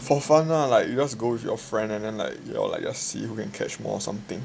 for fun lah like you just go with your friend and then like y'all like go and see who can catch more or something